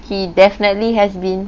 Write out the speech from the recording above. he definitely has been